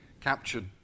captured